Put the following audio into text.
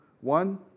one